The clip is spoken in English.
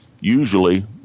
usually